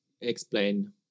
explain